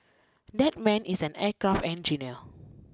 that man is an aircraft engineer